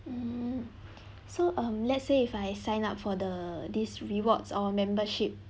mm so um let's say if I sign up for the this rewards or membership